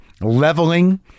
leveling